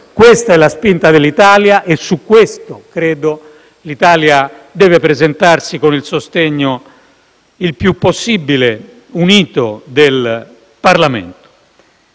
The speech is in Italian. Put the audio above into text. Questa è la spinta dell'Italia e su questo credo che l'Italia debba presentarsi con il sostegno il più possibile unitario del Parlamento.